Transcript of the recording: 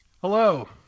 hello